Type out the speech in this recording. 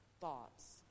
thoughts